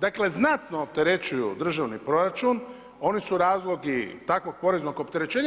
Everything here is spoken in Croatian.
dakle znatno opterećuju državni proračun, oni su razlog i takvog poreznog opterećenja.